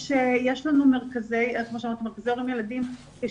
יש לנו מרכזי הורים לילדים,